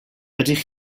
ydych